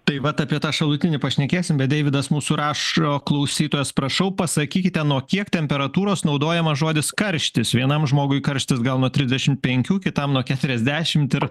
taip vat apie tą šalutinį pašnekėsim bet deividas mūsų rašo klausytojas prašau pasakykite nuo kiek temperatūros naudojamas žodis karštis vienam žmogui karštis gal nuo trisdešimt penkių kitam nuo keturiasdešimt ir